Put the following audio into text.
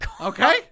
Okay